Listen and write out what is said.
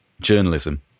journalism